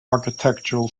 architectural